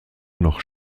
noch